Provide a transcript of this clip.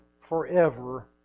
forever